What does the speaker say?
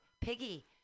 Piggy